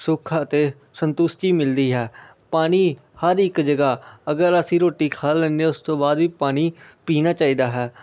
ਸੁੱਖ ਅਤੇ ਸੰਤੁਸ਼ਟੀ ਮਿਲਦੀ ਆ ਪਾਣੀ ਹਰ ਇੱਕ ਜਗ੍ਹਾ ਅਗਰ ਅਸੀਂ ਰੋਟੀ ਖਾ ਲੈਂਦੇ ਹਾਂ ਉਸ ਤੋਂ ਬਾਅਦ ਵੀ ਪਾਣੀ ਪੀਣਾ ਚਾਹੀਦਾ ਹੈ